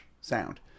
sound